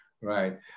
Right